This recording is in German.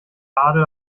adel